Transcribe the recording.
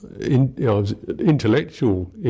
intellectual